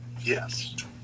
Yes